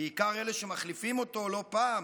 בעיקר אלה שמחליפים אותו לא פעם